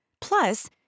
Plus